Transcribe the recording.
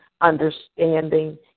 understanding